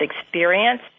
experience